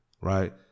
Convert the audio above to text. right